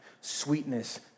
sweetness